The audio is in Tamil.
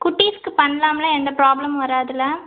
குட்டீஸ்க்கு பண்ணலாம்ல எந்த ப்ரொப்ளமும் வராதுல்ல